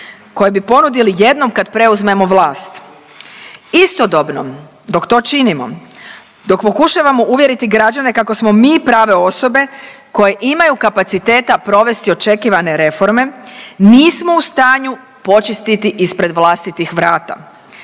koje bi ponudili jednom kad preuzmemo vlast. Istodobno dok to činimo, dok pokušavamo uvjeriti građane kako smo mi prave osobe koje imaju kapaciteta provesti očekivane reforme nismo u stanju počistiti ispred vlastitih vrata,